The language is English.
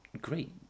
great